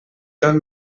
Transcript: tot